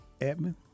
Edmund